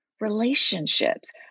relationships